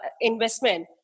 investment